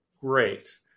Great